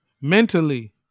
Mentally